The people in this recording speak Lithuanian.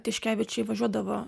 tiškevičiai važiuodavo